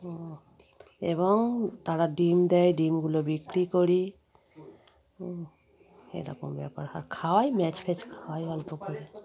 ও এবং তারা ডিম দেয় ডিমগুলো বিক্রি করি হুম এরকম ব্যাপার আর খাওয়াই ম্যাশ ফ্যাশ খাওয়াই অল্প করে